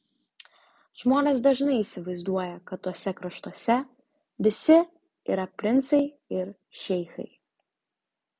žmonės dažnai įsivaizduoja kad tuose kraštuose visi yra princai ir šeichai